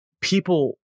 people